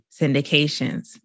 syndications